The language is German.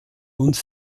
uns